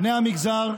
בני המגזר,